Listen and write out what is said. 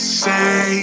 say